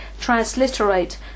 transliterate